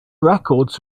records